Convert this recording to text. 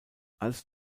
als